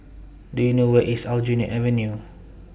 Do YOU know Where IS Aljunied Avenue